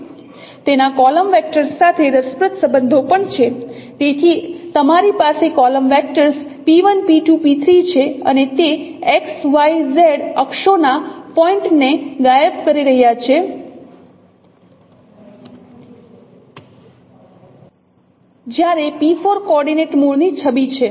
તેના column vectors સાથે રસપ્રદ સંબંધો પણ છે તેથી તમારી પાસે column vector p1 p2 p3 છે અને તે X Y Z અક્ષોના પોઇન્ટ્ને ગાયબ કરી રહ્યાં છે જ્યારે p4 કોર્ડિનેટ મૂળની છબી છે